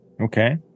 Okay